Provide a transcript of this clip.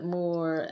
more